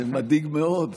זה מדאיג מאוד,